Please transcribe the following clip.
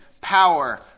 power